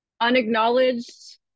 unacknowledged